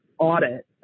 audit